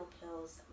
pills